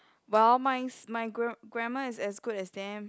well mine's my gran~ grandma is as good as them